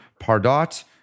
Pardot